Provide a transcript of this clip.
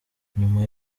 nyuma